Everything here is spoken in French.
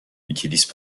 utilisent